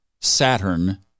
Saturn